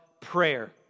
prayer